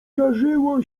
żarzyło